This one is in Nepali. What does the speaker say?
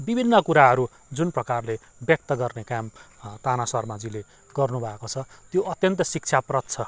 विभिन्न कुराहरू जुन प्रकारले व्यक्त गर्ने काम ताना शर्माजीले गर्नुभएको छ त्यो अत्यन्त शिक्षाप्रत छ